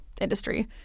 industry